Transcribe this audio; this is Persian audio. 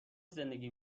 زندگی